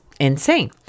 insane